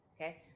okay